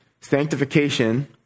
Sanctification